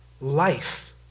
life